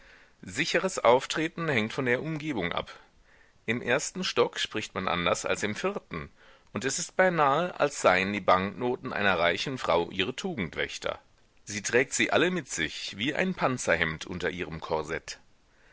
sicheres auftreten hängt von der umgebung ab im ersten stock spricht man anders als im vierten und es ist beinahe als seien die banknoten einer reichen frau ihr tugendwächter sie trägt sie alle mit sich wie ein panzerhemd unter ihrem korsett